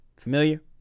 Familiar